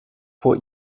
vor